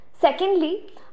Secondly